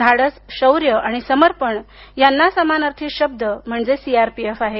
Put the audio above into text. धाडस शौर्य आणि समर्पण यांना समानार्थी शब्द सीआरपीएफ आहे